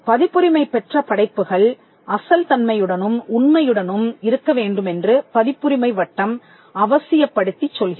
பதிப்புரிமை பெற்ற படைப்புகள்அசல் தன்மையுடனும் உண்மையுடனும் இருக்கவேண்டுமென்று பதிப்புரிமை வட்டம் அவசியப்படுத்திச் சொல்கிறது